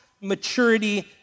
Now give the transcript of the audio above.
maturity